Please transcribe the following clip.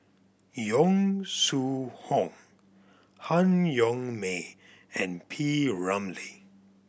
Yong Shu Hoong Han Yong May and P Ramlee